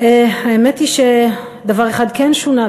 האמת היא שדבר אחד כן שונה,